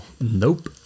Nope